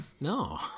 no